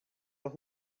los